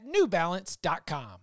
newbalance.com